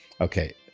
okay